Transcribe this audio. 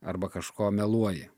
arba kažko meluoji